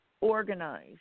organize